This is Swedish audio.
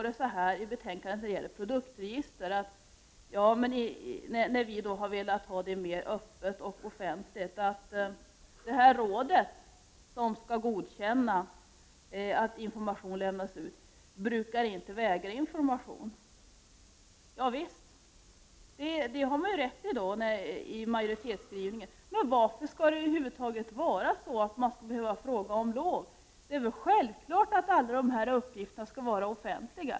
Det står i betänkandet när det gäller produktregister, som vi vill ha mera öppet och offentligt, att det råd som skall godkänna att information lämnas ut inte brukar vägra information. Ja visst, men varför skall det över huvud taget vara så att man skall behöva fråga om lov? Det är väl självklart att alla uppgifter skall vara offentliga.